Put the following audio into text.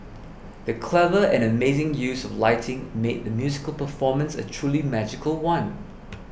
the clever and amazing use of lighting made the musical performance a truly magical one